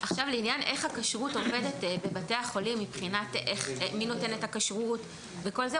לעניין איך הכשרות עובדת בבתי החולים מבחינת מי נותן את הכשרות וכל זה,